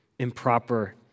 improper